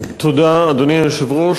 תודה, אדוני היושב-ראש.